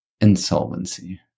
insolvency